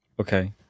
Okay